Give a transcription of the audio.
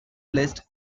list